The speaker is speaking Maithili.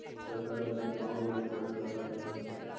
चरखा द्वारा महिलाओ रो रोजगार प्रप्त होलौ छलै